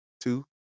two